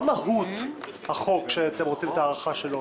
מה מהות החוק שאתם רוצים את ההארכה שלו,